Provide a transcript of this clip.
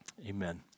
amen